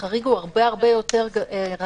החריג הוא הרבה יותר רחב.